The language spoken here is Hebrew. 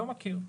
לא מכיר.